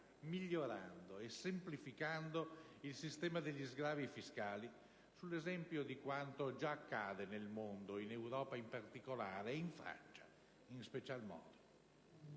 migliorando e semplificando il sistema degli sgravi fiscali, sull'esempio di quanto già accade nel mondo, in Europa in particolare, e in Francia in special modo.